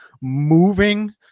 moving